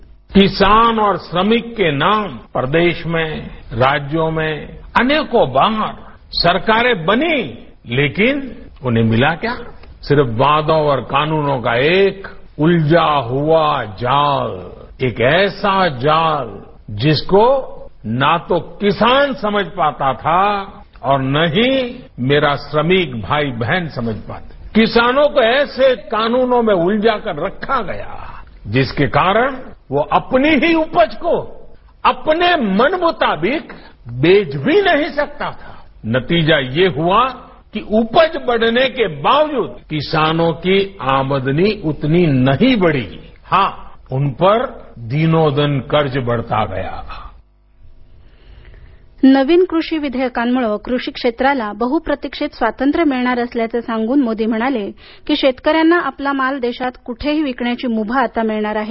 ध्वनी किसान और श्रमिक के नाम पर देश में राज्यों में अनेकों बार सरकारें बनी वेकिन उन्हें मिला क्या सिर्फ वायदों और कानूनों का एक उलझा हुआ जाल एक ऐसा जाल जिसको न तो किसान समझ पाता था और न ही मेरे श्रमिक भाई बहन समझ पाते किसानों को ऐसे कानूनों में उलझाकर रखा गया है जिसके कारण वो अपनी ही उपज को अपने मनमुताबिक बेच भी नहीं सकता था नतीजा ये हुआ कि उपज बढ़ने के बावजूद किसानों की आमदनी उतनी नहीं बढी हां उनपर दिनों दिन कर्ज बढता गया था नवीन कृषी विधेयकांमुळे कृषी क्षेत्राला बहुप्रतीक्षित स्वातंत्र्य मिळणार असल्याचं सांगून मोदी म्हणाले की शेतकऱ्यांना आपला माल देशात कुठेही विकण्याची मुभा आता मिळणार आहे